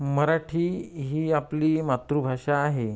मराठी ही आपली मातृभाषा आहे